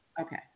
Okay